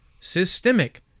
systemic